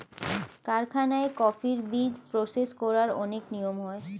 কারখানায় কফির বীজ প্রসেস করার অনেক নিয়ম হয়